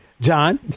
John